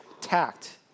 tact